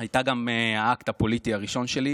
הייתה גם האקט הפוליטי הראשון שלי,